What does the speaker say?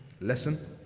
lesson